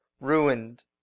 ruined